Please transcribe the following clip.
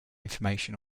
information